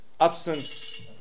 absence